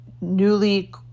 newly